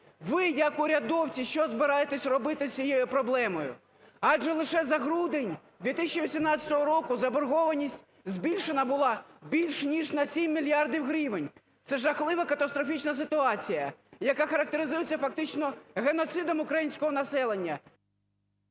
Ви як урядовці, що збираєтеся робити з цією проблемою? Адже лише за грудень 2018 року заборгованість збільшена була більш ніж на 7 мільярдів гривень. Це жахлива катастрофічна ситуація, яка характеризується фактично геноцидом українського населення…